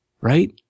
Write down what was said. right